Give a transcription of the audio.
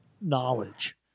knowledge